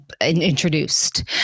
introduced